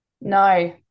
No